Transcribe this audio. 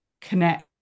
connect